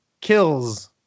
kills